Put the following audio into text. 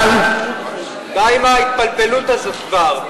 די עם ההתפלפלות הזאת כבר.